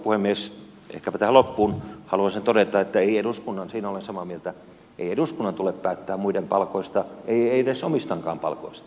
ehkäpä tähän loppuun haluaisin todeta että ei eduskunnan siinä olen samaa mieltä tule päättää muiden palkoista ei edes omistakaan palkkioista